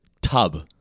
tub